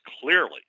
clearly